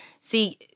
See